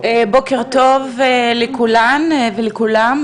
בוקר טוב לכולן ולכולם,